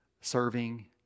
serving